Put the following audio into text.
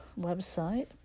website